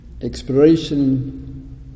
exploration